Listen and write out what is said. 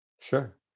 Sure